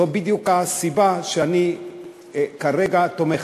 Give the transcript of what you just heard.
זו בדיוק הסיבה שאני כרגע תומך,